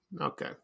Okay